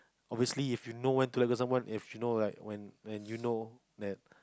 obviously if you know when to let go of someone if you know like when when you know that